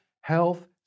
health